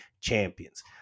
champions